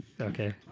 okay